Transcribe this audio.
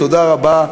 תודה רבה.